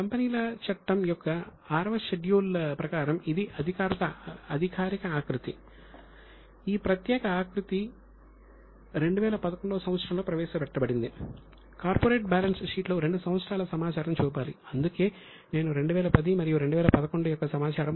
కంపెనీల చట్టం యొక్క VI షెడ్యూల్ గా చూపించాను